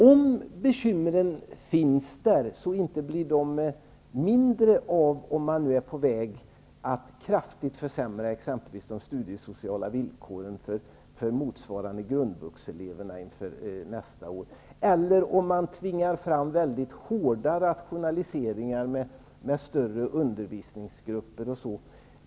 Om bekymren finns där så blir de inte mindre av att man är på väg att kraftigt försämra exempelvis de studiesociala villkoren för motsvarande grundvuxeleverna inför nästa år. Det blir inte heller bättre om man tvingar fram mycket hårda rationaliseringar med större undervisningsgrupper.